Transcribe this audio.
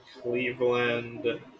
Cleveland